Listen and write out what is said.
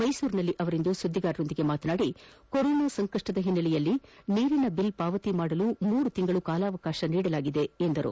ಮೈಸೂರಿನಲ್ಲಿಂದು ಸುದ್ದಿಗಾರರೊಂದಿಗೆ ಮಾತನಾಡಿದ ಅವರು ಕೊರೊನಾ ಸಂಕಷ್ಷದ ಹಿನ್ನೆಲೆಯಲ್ಲಿ ನೀರಿನ ಬಿಲ್ ಪಾವತಿಗೆ ಮೂರು ತಿಂಗಳ ಕಾಲಾವಕಾಶ ನೀಡಲಾಗಿದೆ ಎಂದರು